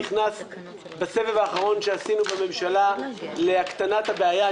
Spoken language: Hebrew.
נכנס בסבב האחרון שעשינו בממשלה להקטנת הבעיה.